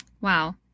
Wow